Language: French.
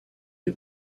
est